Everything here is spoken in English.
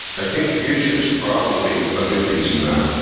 i think fuchsia is probably a good piece in that.